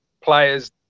players